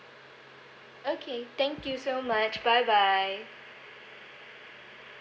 okay thank you so much bye bye